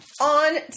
on